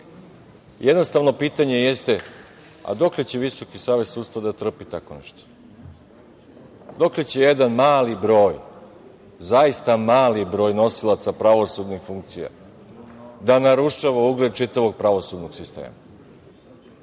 Jednostavno, pitanje jeste dokle će Visoki savet sudstva da trpi takvo nešto? Dokle će jedan mali broj nosilaca pravosudnih funkcija da narušava ugled čitavog pravosudnog sistema?